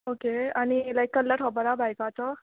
okay आनी like colour खबोर आसा बायकाचो